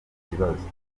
kibazo